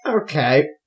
Okay